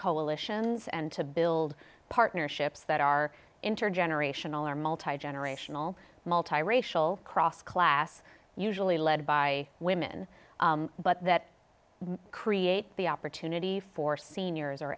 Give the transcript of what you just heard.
coalitions and to build partnerships that are intergenerational are multigenerational multiracial cross class usually led by women but that create the opportunity for seniors